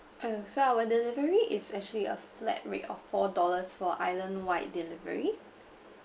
uh so our delivery is actually a flat rate of four dollars for islandwide delivery